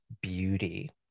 beauty